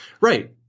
Right